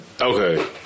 Okay